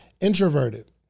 introverted